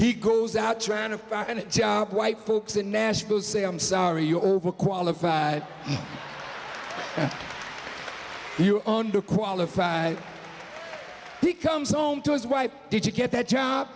he goes out trying to and white folks in nashville say i'm sorry you're overqualified under qualified he comes home to his wife did you get that job